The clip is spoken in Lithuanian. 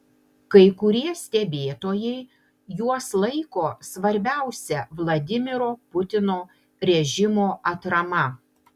kai kurie stebėtojai juos laiko svarbiausia vladimiro putino režimo atrama